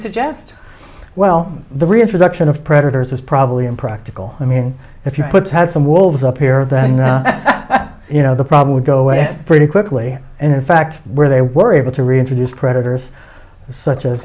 suggest well the reintroduction of predators is probably impractical i mean if you put had some wolves up here then you know the probably would go away pretty quickly and in fact where they were able to reintroduce predators such as